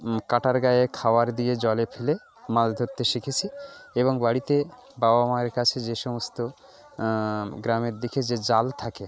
কাঁটার গায়ে খাওয়ার দিয়ে জলে ফেলে মাছ ধরতে শিখেছি এবং বাড়িতে বাবা মায়ের কাছে যে সমস্ত গ্রামের দিকে যে জাল থাকে